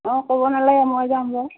অঁ ক'ব নালাগে মই যাম বাৰু